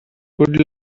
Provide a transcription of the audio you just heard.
good